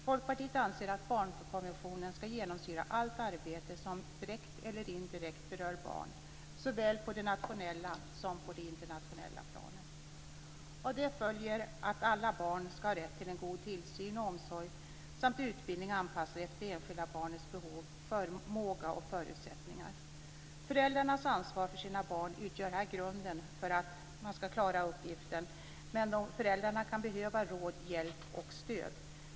Folkpartiet anser att barnkonventionen ska genomsyra allt arbete som direkt eller indirekt berör barn, såväl på det nationella som på det internationella planet. Av detta följer att alla barn ska ha rätt till en god tillsyn och omsorg samt utbildning anpassad efter det enskilda barnets behov, förmåga och förutsättningar. Föräldrarnas ansvar för sina barn utgör här grunden för att klara uppgiften, men föräldrar kan behöva råd, hjälp och stöd.